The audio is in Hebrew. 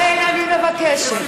לכן, אני מבקשת: